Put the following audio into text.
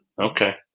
Okay